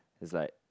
it's like